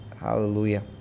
Hallelujah